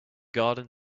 garden